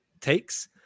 takes